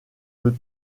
veux